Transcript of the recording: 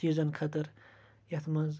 چیٖزَن خٲطرٕ یَتھ منٛز